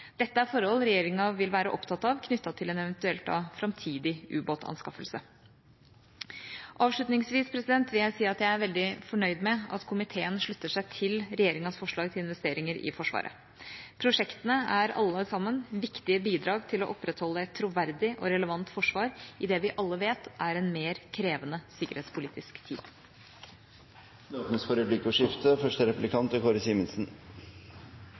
Dette er forhold regjeringa vil være opptatt av, knyttet til en eventuell framtidig ubåtanskaffelse. Avslutningsvis vil jeg si at jeg er veldig fornøyd med at komiteen slutter seg til regjeringas forslag til investeringer i Forsvaret. Prosjektene er alle sammen viktige bidrag til å opprettholde et troverdig og relevant forsvar i det vi alle vet er en mer krevende sikkerhetspolitisk tid. Det åpnes for replikkordskifte. Først vil jeg takke og